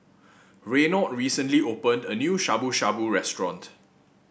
Reynold recently opened a new Shabu Shabu Restaurant